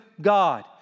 God